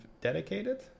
dedicated